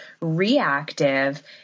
reactive